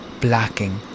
blocking